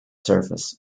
surface